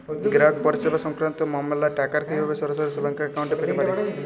গ্রাহক পরিষেবা সংক্রান্ত মামলার টাকা কীভাবে সরাসরি ব্যাংক অ্যাকাউন্টে পেতে পারি?